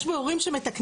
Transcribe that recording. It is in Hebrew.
יש ביאורים שמתקנים אותם?